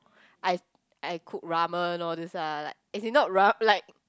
I I cook ramen all these ah like as in not ram~ like